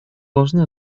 должны